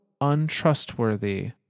untrustworthy